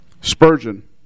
Spurgeon